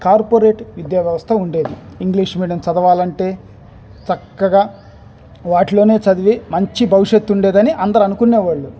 corporate విద్యా వ్యవస్థ ఉండేది ఇంగ్లీష్ మీడియం చదవాలంటే చక్కగా వాటిలోనే చదివి మంచి భవిష్యత్తు ఉండేదని అందరూ అనుకునేవాళ్ళు